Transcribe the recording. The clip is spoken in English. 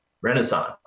Renaissance